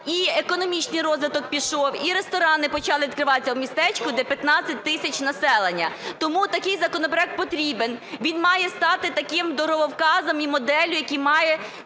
і економічний розвиток пішов, і ресторани почали відкриватися в містечку, де 15 тисяч населення. Тому такий законопроект потрібен. Він має стати таким дороговказом і моделлю, який має